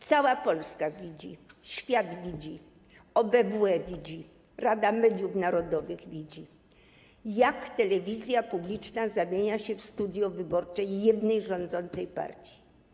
Cała Polska widzi, świat widzi, OBWE widzi, Rada Mediów Narodowych widzi, jak telewizja publiczna zamienia się w studio wyborcze jednej rządzącej partii.